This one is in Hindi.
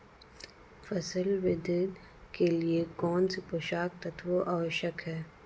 फसल वृद्धि के लिए कौनसे पोषक तत्व आवश्यक हैं?